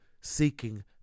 seeking